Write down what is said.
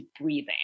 breathing